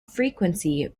frequency